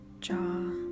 jaw